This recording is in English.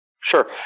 Sure